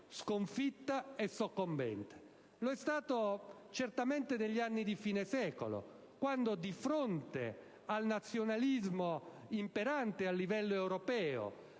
sconfitta e soccombente. Lo è stata certamente degli anni di fine secolo, quando, di fronte al nazionalismo imperante a livello europeo,